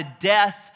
death